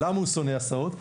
למה הוא שונא הסעות?